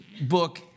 book